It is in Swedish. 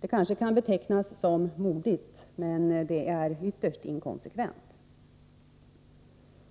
Det kan kanske betecknas som modigt, men det är ytterst inkonsekvent.